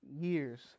years